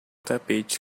tapete